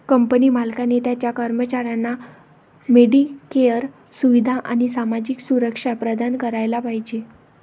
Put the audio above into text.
company मालकाने त्याच्या कर्मचाऱ्यांना मेडिकेअर सुविधा आणि सामाजिक सुरक्षा प्रदान करायला पाहिजे